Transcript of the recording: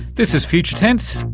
this is future tense,